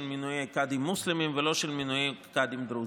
מינויי קאדים מוסלמים ולא של מינויי קאדים דרוזים,